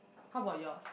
how about yours